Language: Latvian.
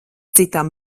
citam